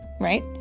right